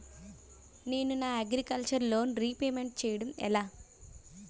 నేను నా agriculture loan repayment చేయడం ఎలా?